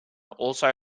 also